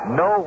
no